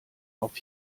auf